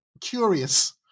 curious